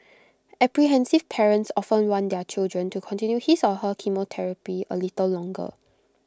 apprehensive parents often want their child to continue his or her chemotherapy A little longer